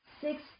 six